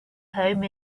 home